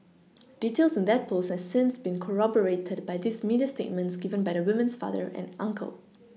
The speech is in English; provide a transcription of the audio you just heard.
details in that post has since been corroborated by these media statements given by the woman's father and uncle